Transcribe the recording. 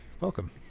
Welcome